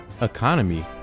Economy